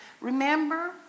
remember